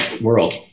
world